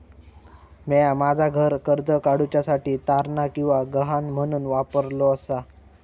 म्या माझा घर कर्ज काडुच्या साठी तारण किंवा गहाण म्हणून वापरलो आसा